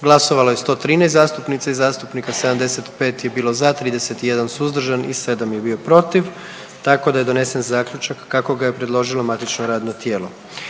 Glasovalo je 113 zastupnica i zastupnika, 75 je bilo za, 31 suzdržan i 7 je bio protiv, tako da je donesen zaključak kako ga je predložilo matično radno tijelo.